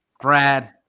Brad